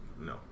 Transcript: No